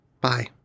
Bye